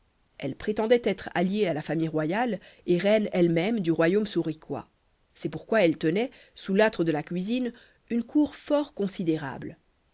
elle prétendait être alliée à la famille royale et reine elle-même du royaume souriquois c'est pourquoi elle tenait sous l'âtre de la cuisine une cour fort considérable